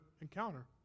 encounter